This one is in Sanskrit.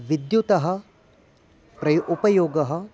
विद्युतः प्रयो उपयोगः